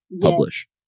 publish